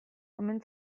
omen